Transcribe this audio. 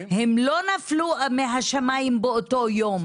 הן לא נפלו מהשמיים באותו יום.